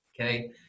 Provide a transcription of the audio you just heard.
Okay